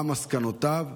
מה מסקנותיו?